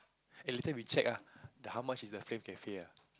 eh later we check ah the how much is the Flame Cafe ah